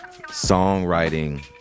songwriting